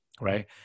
right